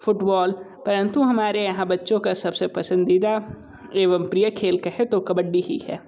football परंतु हमारे यहाँ बच्चों का सबसे पसंदीदा एवं प्रिय खेल कहे तो कबड्डी ही है